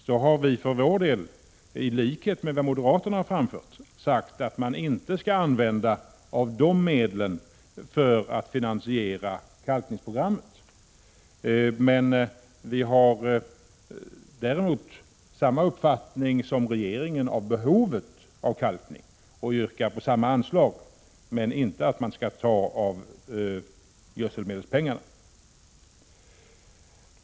För vår del har vi sagt, i likhet med vad moderaterna har framfört, att man inte skall ta av de medlen för att finansiera kalkningspro 119 grammet. Vi har däremot samma uppfattning som regeringen om behovet av kalkning och yrkar på samma anslag men inte att man skall ta av gödselmedelspengarna.